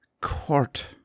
Court